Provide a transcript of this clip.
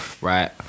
right